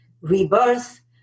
rebirth